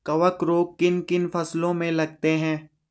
कवक रोग किन किन फसलों में लगते हैं?